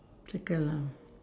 circle ah